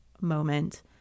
moment